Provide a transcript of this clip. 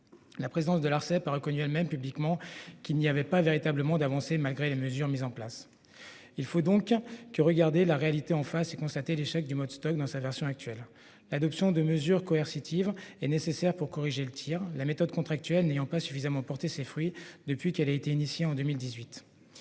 La présidente de l'Arcep a elle-même reconnu publiquement qu'il n'y avait aucune véritable avancée malgré les mesures mises en oeuvre. Il faut donc regarder la réalité en face et conclure à l'échec du mode Stoc dans sa version actuelle. L'adoption de mesures coercitives est nécessaire pour corriger le tir, la méthode contractuelle n'ayant pas suffisamment porté ses fruits depuis sa mise en oeuvre en 2018.